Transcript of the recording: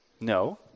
No